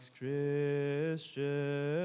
Christian